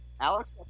Alex